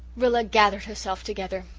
rilla gathered herself together.